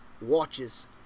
watches